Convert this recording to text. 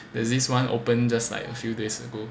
there's this [one] open just like a few days ago